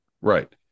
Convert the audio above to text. Right